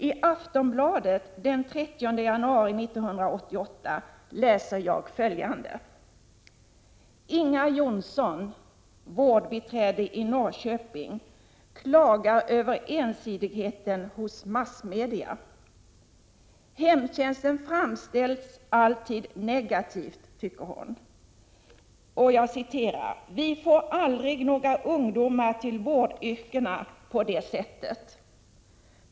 I Aftonbladet den 30 januari 1988 läser jag följande: Inga Jonsson, vårdbiträde i Norrköping, klagar över ensidigheten hos massmedia. Hemtjänsten framställs alltid negativt, tycker hon. ”Vi får aldrig några ungdomar till vårdyrkena på det sättet.